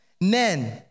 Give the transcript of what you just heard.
men